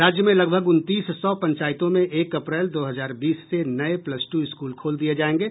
राज्य में लगभग उनतीस सौ पंचायतों में एक अप्रैल दो हजार बीस से नये प्लस टू स्कूल खोल दिये जायेंगे